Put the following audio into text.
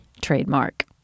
Trademark